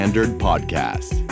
Podcast